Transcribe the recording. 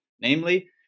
namely